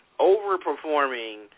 overperforming